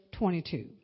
22